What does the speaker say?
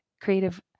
Creative